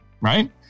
right